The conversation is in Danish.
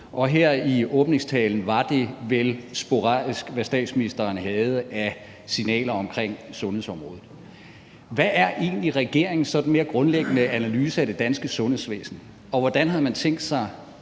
og her i åbningstalen var det vel sporadisk, hvad statsministeren havde af signaler omkring sundhedsområdet. Hvad er egentlig regeringens sådan mere grundlæggende analyse af det danske sundhedsvæsen, og hvordan har man tænkt sig